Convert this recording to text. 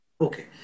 Okay